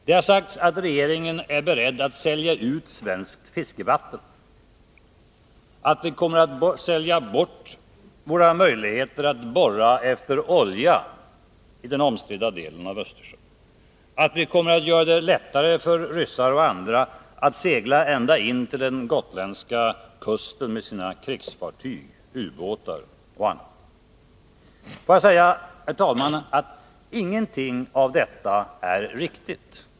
Det har sagts att regeringen är beredd att sälja ut svenskt fiskevatten och våra möjligheter att borra efter olja i den omstridda delen av Östersjön och att regeringen är beredd att göra det lättare för ryssar och andra att segla ända in till den gotländska kusten med sina krigsfartyg, ubåtar och annat. Ingenting av detta, herr talman, är riktigt.